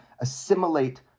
assimilate